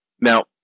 Now